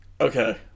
Okay